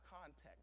context